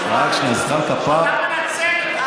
אתה מנצל את ההזדמנות,